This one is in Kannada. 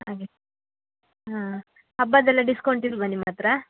ಹಾಗೆ ಹಾಂ ಹಬ್ಬದ್ದೆಲ್ಲ ಡಿಸ್ಕೌಂಟ್ ಇಲ್ಲವಾ ನಿಮ್ಮ ಹತ್ರ